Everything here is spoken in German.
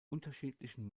unterschiedlichen